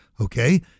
Okay